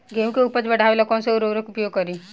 गेहूँ के उपज बढ़ावेला कौन सा उर्वरक उपयोग करीं?